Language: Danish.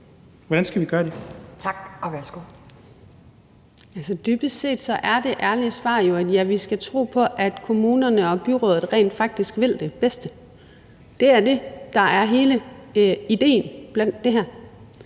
Pernille Skipper (EL): Altså, dybest set er det ærlige svar: Ja, vi skal tro på, at kommunerne og byrådene rent faktisk vil det bedste. Det er det, der er hele idéen i det her,